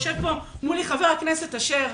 יושב פה מולי חבר הכנסת אשר,